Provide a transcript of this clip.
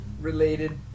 related